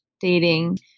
dating